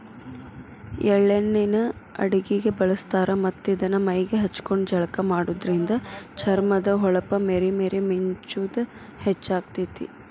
ಎಳ್ಳ ಎಣ್ಣಿನ ಅಡಗಿಗೆ ಬಳಸ್ತಾರ ಮತ್ತ್ ಇದನ್ನ ಮೈಗೆ ಹಚ್ಕೊಂಡು ಜಳಕ ಮಾಡೋದ್ರಿಂದ ಚರ್ಮದ ಹೊಳಪ ಮೇರಿ ಮೇರಿ ಮಿಂಚುದ ಹೆಚ್ಚಾಗ್ತೇತಿ